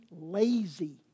lazy